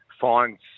finds